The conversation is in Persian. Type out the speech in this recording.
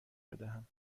بدهم